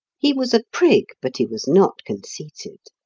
he was a prig, but he was not conceited.